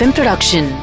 Production